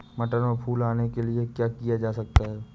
मटर में फूल आने के लिए क्या किया जा सकता है?